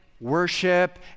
Worship